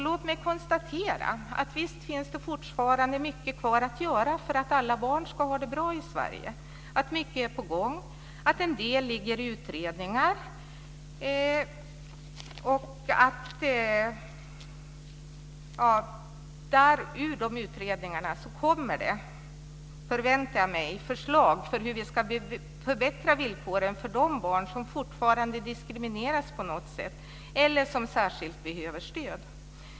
Låt mig konstatera att det fortfarande finns mycket kvar att göra för att alla barn ska ha det bra i Sverige, att mycket är på gång, att en del ligger i utredningar och att det ur de utredningarna - förväntar jag mig - kommer förslag för hur vi ska förbättra villkoren för de barn som fortfarande diskrimineras på något sätt eller som särskilt behöver stöd.